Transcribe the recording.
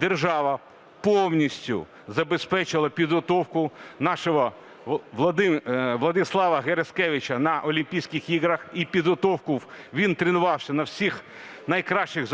держава повністю забезпечила підготовку нашого Владислава Гераскевича на Олімпійських іграх, і підготовку… він тренувався на всіх найкращих